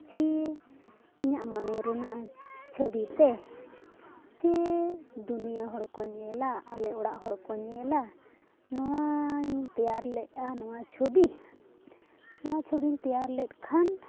ᱪᱷᱤ ᱤᱧᱟᱹᱜ ᱢᱚᱱᱮ ᱨᱮᱱᱟᱜ ᱪᱷᱚᱵᱤᱛᱮ ᱡᱮ ᱫᱩᱱᱤᱭᱟᱹ ᱦᱚᱲ ᱠᱚ ᱧᱮᱞᱟ ᱟᱞᱮ ᱚᱲᱟᱜ ᱦᱚᱲ ᱠᱚ ᱧᱮᱞᱟ ᱱᱚᱣᱟᱧ ᱛᱮᱭᱟᱨ ᱞᱮᱜᱼᱟ ᱱᱚᱣᱟ ᱪᱷᱚᱵᱤ ᱱᱚᱣᱟ ᱪᱷᱚᱵᱤᱧ ᱛᱮᱭᱟᱨ ᱞᱮᱫ ᱠᱷᱟᱱ